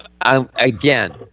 Again